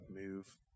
move